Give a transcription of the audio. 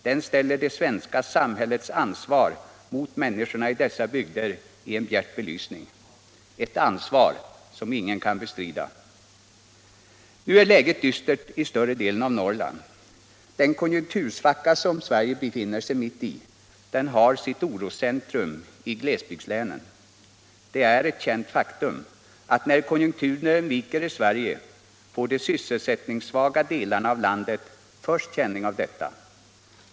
Den ställer det svenska samhällets ansvar mot människorna i dessa bygder i en bjärt belysning, ett ansvar som ingen kan bestrida. Nu är läget dystert i större delen av Norrland. Den konjunktursvacka vari Sverige befinner sig har sitt oroscentrum i glesbygdslänen. Det är ett känt faktum att när konjunkturen viker i Sverige får de sysselsättningssvaga delarna av landet först känning av detta.